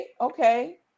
okay